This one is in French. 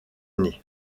année